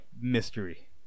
mystery